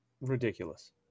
ridiculous